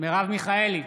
מרב מיכאלי,